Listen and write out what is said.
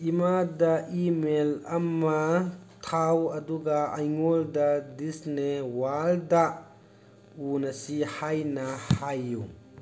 ꯏꯃꯥꯗ ꯏꯃꯦꯜ ꯑꯃ ꯊꯥꯎ ꯑꯗꯨꯒ ꯑꯩꯉꯣꯟꯗ ꯗꯤꯁꯅꯤ ꯋꯥꯔꯜ ꯗ ꯎꯅꯁꯤ ꯍꯥꯏꯅ ꯍꯥꯏꯌꯨ